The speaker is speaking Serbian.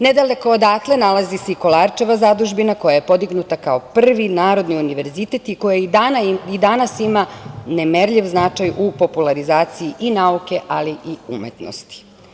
Nedaleko odatle nalazi se i Kolarčeva zadužbina, koja je podignuta kao prvi Narodni univerzitet i koja i danas ima nemerljiv značaj u popularizaciji nauke i umetnosti.